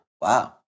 Wow